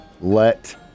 let